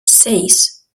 seis